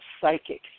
psychic